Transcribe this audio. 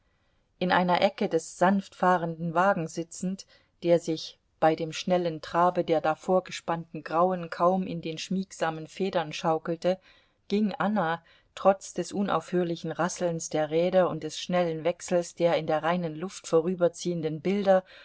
in einer ecke des sanft fahrenden wagens sitzend der sich bei dem schnellen trabe der davorgespannten grauen kaum in den schmiegsamen federn schaukelte ging anna trotz des unaufhörlichen rasselns der räder und des schnellen wechsels der in der reinen luft vorüberziehenden bilder